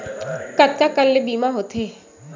कतका कन ले बीमा होथे?